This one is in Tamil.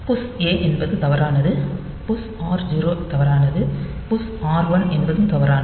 புஷ் A என்பது தவறானது புஷ் r0 தவறானது புஷ் r1 தவறானது